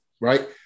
right